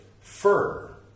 fur